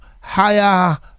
higher